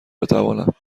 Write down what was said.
بتوانم